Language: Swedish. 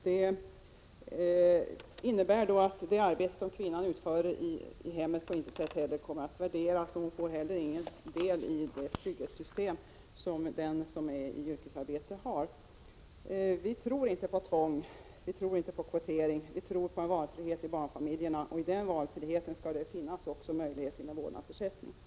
Det innebär att det arbete som kvinnan utför i hemmet på intet sätt kommer att värderas, och hon får heller ingen del i det trygghetssystem som den som yrkesarbetar har tillgång till. Vi tror inte på tvång, och vi tror inte på kvotering. Vi tror på en valfrihet för barnfamiljerna, och till den valfriheten hör att det också skall finnas möjlighet till en vårdnadsersättning.